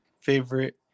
favorite